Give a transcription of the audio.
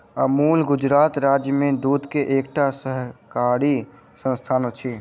अमूल गुजरात राज्य में दूध के एकटा सहकारी संस्थान अछि